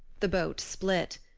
the boat split.